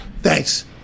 Thanks